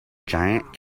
giant